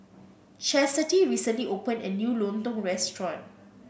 Chasity recently opened a new lontong restaurant